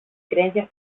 creencias